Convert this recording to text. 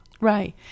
Right